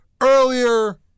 earlier